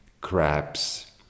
crabs